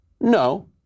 No